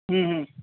હમ્મ હમ્મ